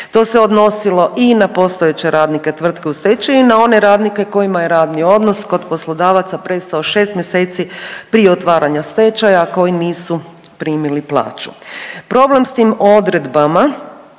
To se odnosilo i na postojeće radnike tvrtke u stečaju i na one radnike kojima je radni odnos kod poslodavaca prestao 6 mjeseci prije otvaranja stečaja koji nisu primili plaću. Problem s tim odredbama